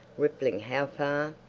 rippling how far?